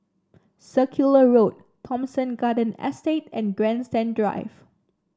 Circular Road Thomson Garden Estate and Grandstand Drive